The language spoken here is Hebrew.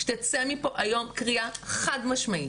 שתצא מפה היום קריאה חד משמעית,